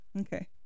Okay